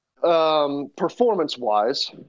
performance-wise